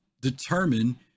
determine